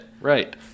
Right